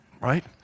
Right